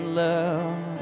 love